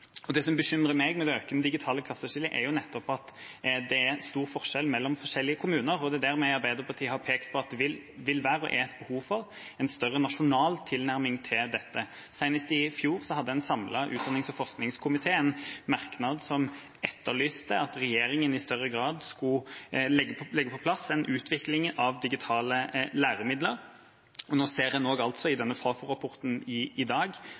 undervisningen. Det som bekymrer meg med det økende digitale klasseskillet, er at det er stor forskjell mellom forskjellige kommuner, og det er der vi i Arbeiderpartiet har pekt på at det vil være og er et behov for en større, nasjonal tilnærming til dette. Senest i fjor hadde en samlet utdannings- og forskningskomité en merknad som etterlyste at regjeringen i større grad skulle få på plass en utvikling av digitale læremidler. Nå ser en også i Fafo-rapporten fra i dag